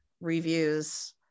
reviews